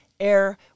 air